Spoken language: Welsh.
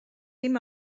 dim